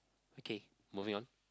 okay moving on